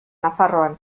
nafarroan